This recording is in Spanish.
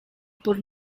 por